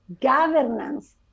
governance